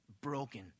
broken